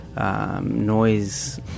Noise